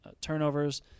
turnovers